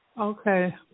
Okay